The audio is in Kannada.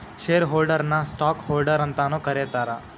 ಶೇರ್ ಹೋಲ್ಡರ್ನ ನ ಸ್ಟಾಕ್ ಹೋಲ್ಡರ್ ಅಂತಾನೂ ಕರೇತಾರ